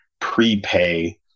prepay